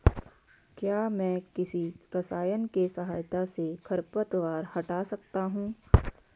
क्या मैं किसी रसायन के सहायता से खरपतवार हटा सकता हूँ?